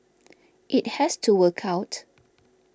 it has to work out